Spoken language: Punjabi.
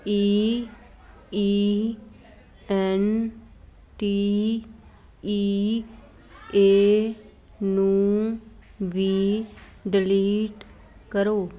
E E N T E A ਨੂੰ ਵੀ ਡਲੀਟ ਕਰੋ